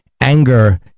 anger